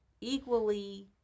equally